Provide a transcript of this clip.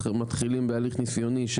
מתחילים בהליך ניסיוני,